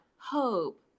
hope